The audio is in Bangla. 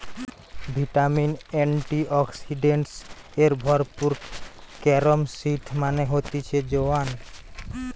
ভিটামিন, এন্টিঅক্সিডেন্টস এ ভরপুর ক্যারম সিড মানে হতিছে জোয়ান